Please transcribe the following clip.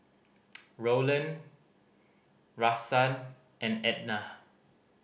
Rowland Rahsaan and Ednah